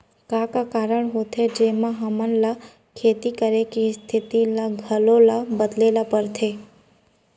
का का कारण होथे जेमन मा हमन ला खेती करे के स्तिथि ला घलो ला बदले ला पड़थे?